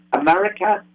America